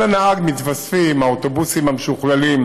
על הנהג מתווספים האוטובוסים המשוכללים,